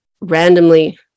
randomly